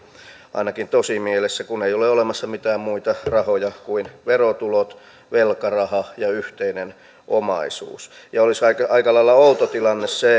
ainakin tosimielessä on lopetettu kun ei ole olemassa mitään muita rahoja kuin verotulot velkaraha ja yhteinen omaisuus olisi aika lailla outo tilanne